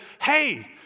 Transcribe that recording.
hey